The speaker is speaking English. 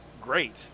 great